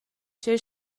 tgei